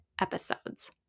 episodes